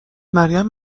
مریم